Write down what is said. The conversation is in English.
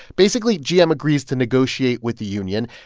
basically, gm agrees to negotiate with the union,